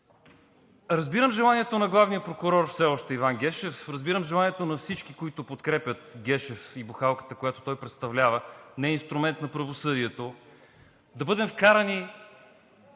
Разбирам желанието на главния прокурор – все още Иван Гешев, разбирам желанието на всички, които подкрепят Гешев и „бухалката“, която той представлява, не е инструмент на правосъдието, да бъдем вкарани